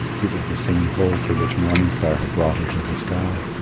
it was the same hole through which morning star had brought her to the sky.